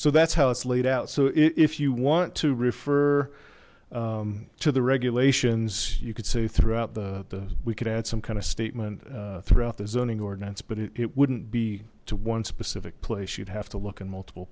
so that's how its laid out so if you want to refer to the regulations you could say throughout the we could add some kind of statement throughout the zoning ordinance but it wouldn't be to one specific place you'd have to look in multiple